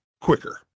quicker